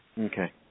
Okay